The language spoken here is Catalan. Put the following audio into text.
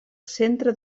centre